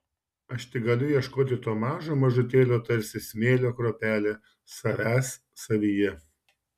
aš tik galiu ieškoti to mažo mažutėlio tarsi smėlio kruopelė savęs savyje